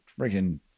freaking